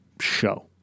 show